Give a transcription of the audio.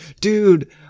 dude